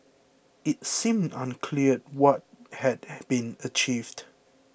it seemed unclear what had been achieved